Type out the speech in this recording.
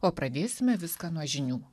o pradėsime viską nuo žinių